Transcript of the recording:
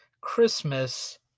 Christmas